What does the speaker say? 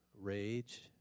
rage